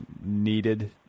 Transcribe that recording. needed